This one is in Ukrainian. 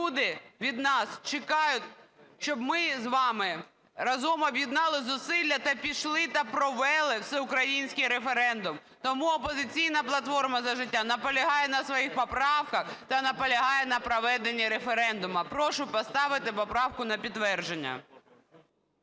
Люди від нас чекають, щоб ми з вами разом об'єднали зусилля та пішли, та провели всеукраїнський референдум. Тому "Опозиційна платформа - За життя" наполягає на своїх поправках та наполягає на проведенні референдуму. Прошу поставити поправку на підтвердження.